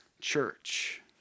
church